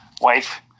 wife